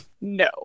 No